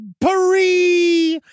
Paris